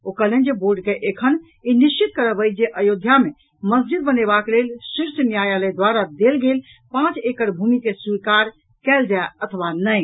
ओ कहलनि जे बोर्ड के एखन ई निश्चित करब अछि जे अयोध्या मे मस्जिद बनेबाक लेल शीर्ष न्यायालय द्वारा देल गेल पांच एकड़ भूमि के स्वीकार कयल जाय अथवा नहिं